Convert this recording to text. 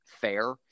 fair